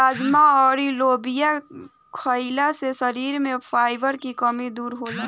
राजमा अउर लोबिया खईला से शरीर में फाइबर के कमी दूर होला